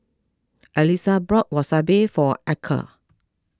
Alisa bought Wasabi for Archer